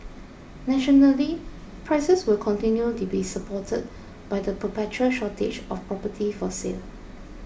nationally prices will continue to be supported by the perpetual shortage of property for sale